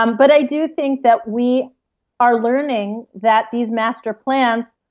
um but i do think that we are learning that these master plants,